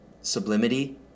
sublimity